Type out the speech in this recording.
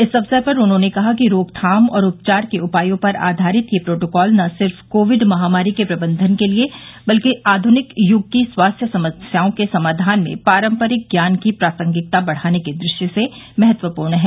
इस अवसर पर उन्होंने कहा कि रोकथाम और उपचार के उपायों पर आधारित यह प्रोटोकॉल न सिर्फ कोविड महामारी के प्रबंधन के लिए बल्कि आधुनिक युग की स्वास्थ्य समस्याओं के समाधान में पारम्यारिक ज्ञान की प्रासंगिकता बढाने की दृष्टि से महत्वपूर्ण है